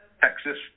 Texas